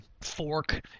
Fork